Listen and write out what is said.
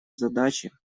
задачи